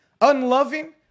unloving